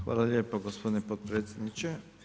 Hvala lijepo gospodine potpredsjedniče.